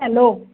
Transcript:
hello